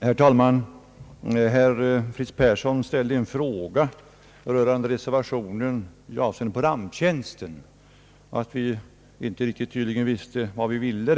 Herr talman! Herr Fritz Persson ställde en fråga rörande reservationen i den del som gäller ramptjänsten. Han menade att vi tydligen inte riktigt visste vad vi ville.